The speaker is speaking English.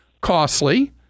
costly